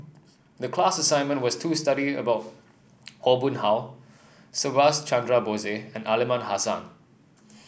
the class assignment was to study about Aw Boon Haw Subhas Chandra Bose and Aliman Hassan